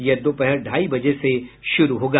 यह दोपहर ढाई बजे से शुरू होगा